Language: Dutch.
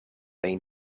één